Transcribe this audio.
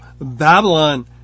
Babylon